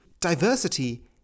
Diversity